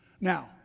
Now